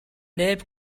neb